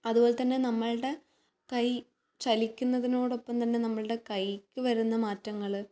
അതുപോലെ തന്നെ നമ്മുടെ കൈ ചലിക്കുന്നതിനോടൊപ്പം തന്നെ നമ്മുടെ കൈയ്ക്ക് വരുന്ന മാറ്റങ്ങൾ